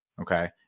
Okay